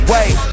Wait